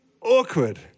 awkward